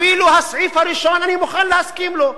אפילו הסעיף הראשון אני מוכן להסכים לו: